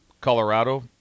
colorado